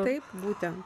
taip būtent